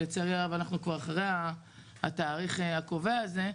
שלצערי הרב אנחנו כבר אחרי התאריך הקובע הזה,